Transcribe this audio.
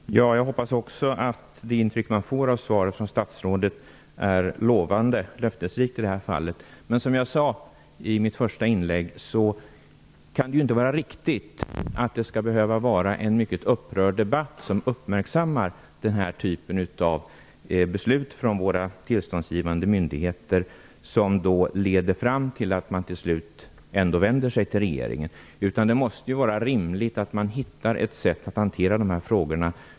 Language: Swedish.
Herr talman! Jag hoppas att det lovande intryck man får av svaret från statsrådet är löftesrikt i det här fallet. Men det kan ju inte vara riktigt att det skall behövas en mycket upprörd debatt för att uppmärksamma den här typen av beslut från våra tillståndsgivande myndigheter, en debatt som leder till att man till slut vänder sig till regeringen ändå. Det måste vara rimligt att kunna finna en väg för att hantera dessa frågor.